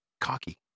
cocky